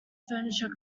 furniture